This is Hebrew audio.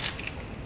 נא לשבת.